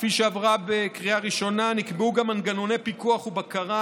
כפי שעברה בקריאה ראשונה נקבעו גם מנגנוני פיקוח ובקרה,